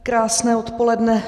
Krásné odpoledne.